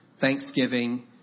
Thanksgiving